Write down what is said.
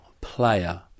player